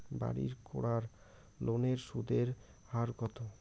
বাড়ির করার লোনের সুদের হার কত?